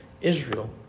Israel